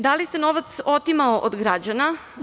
Da li se novac otimao od građana?